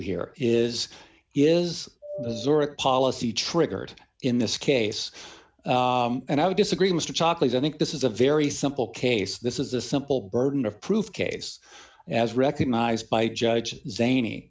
here is is policy triggered in this case and i would disagree mr chocolate's i think this is a very simple case this is a simple burden of proof case as recognized by judge zany